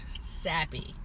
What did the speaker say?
sappy